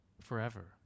forever